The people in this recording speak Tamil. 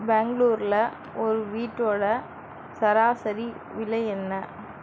பெங்ளூரில் ஒரு வீட்டோட சராசரி விலை என்ன